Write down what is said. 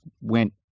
went